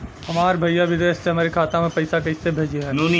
हमार भईया विदेश से हमारे खाता में पैसा कैसे भेजिह्न्न?